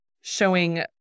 showing